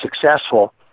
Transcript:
successful